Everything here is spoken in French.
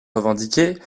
revendiquée